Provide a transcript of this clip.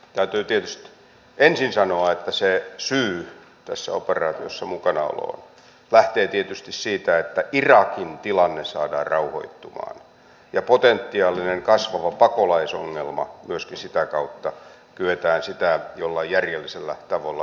täytyy tietysti ensin sanoa että se syy tässä operaatiossa mukanaoloon lähtee tietysti siitä että irakin tilanne saadaan rauhoittumaan ja potentiaalista kasvavaa pakolaisongelmaa myöskin sitä kautta kyetään jollain järjellisellä tavalla hillitsemään